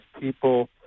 people